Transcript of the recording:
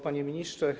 Panie Ministrze!